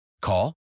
Call